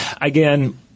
again